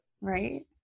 Right